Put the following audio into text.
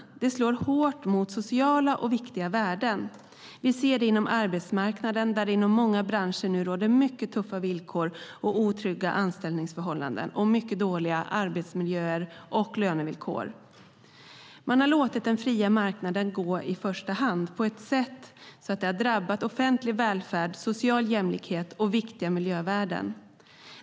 De slår hårt mot sociala värden och andra viktiga värden. Vi ser det inom arbetsmarknaden, där det inom många branscher nu råder mycket tuffa villkor med otrygga anställningsförhållanden och mycket dåliga arbetsmiljöer och lönevillkor. Man har låtit den fria marknaden gå i första hand så att det har drabbat offentlig välfärd, social jämlikhet och viktiga miljövärden.